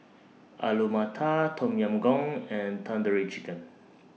Alu Matar Tom Yam Goong and Tandoori Chicken